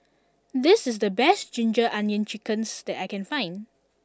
this is the best Ginger Onions Chicken that I can find